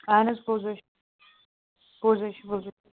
اہن حظ پوٚز حظ چھُ پوٚز حظ چھُ پوٚز